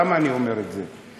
למה אני אומר את זה?